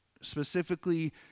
specifically